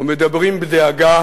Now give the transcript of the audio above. ומדברים בדאגה